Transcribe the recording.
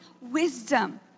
wisdom